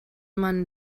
man